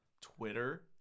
Twitter